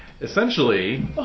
Essentially